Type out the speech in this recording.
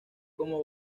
como